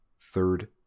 Third